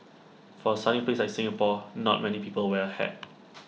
for A sunny place like Singapore not many people wear A hat